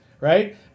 right